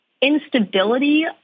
instability